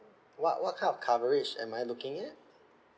what what kind of coverage am I looking at